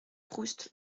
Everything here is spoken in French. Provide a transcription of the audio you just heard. proust